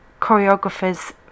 choreographer's